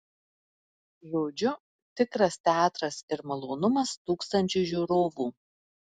žodžiu tikras teatras ir malonumas tūkstančiui žiūrovų